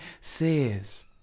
says